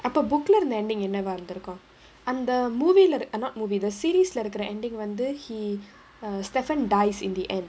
அப்ப:appa book leh இருந்த:iruntha ending என்னவா இருந்திருக்கும் அந்த:ennavaa irunthirukkum andha movie err are not movie the series leh இருக்குற:irukkura ending வந்து:vandhu he err stefan dies in the end